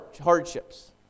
hardships